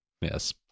Yes